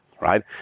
right